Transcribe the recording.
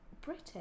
British